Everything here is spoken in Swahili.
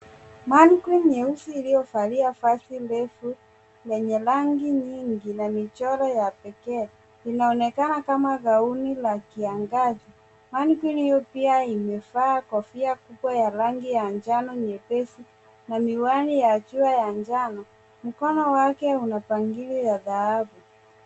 Manequin nyeusi uliovalia vasi ndefu lenye rangi nyingi na michoro ya pekee. Inaonekana kama kauni la kiyangazi. Manequin io pia imevaa kofia kubwa ya rangi njano nyepesi na miwani ya jua ya njano. Mkono yake una pangili ya dahabu.